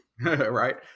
Right